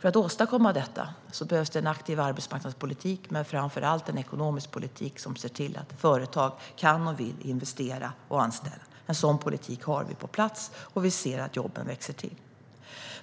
För att åstadkomma detta behövs det en aktiv arbetsmarknadspolitik, men framför allt en ekonomisk politik som ser till att företag kan och vill investera och anställa. En sådan politik har vi på plats, och vi ser att jobben växer till.